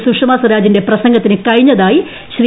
സുഷമ സ്വരാജിന്റെ പ്രസംഗത്തിന് കഴിഞ്ഞതായി ശ്രീ